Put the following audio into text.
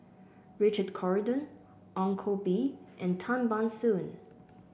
Richard Corridon Ong Koh Bee and Tan Ban Soon